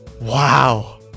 wow